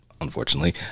unfortunately